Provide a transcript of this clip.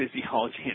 physiology